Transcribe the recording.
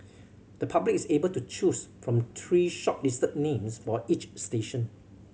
the public is able to choose from three shortlisted names for each station